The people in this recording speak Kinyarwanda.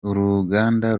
uruganda